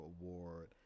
Award